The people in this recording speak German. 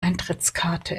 eintrittskarte